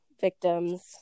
victims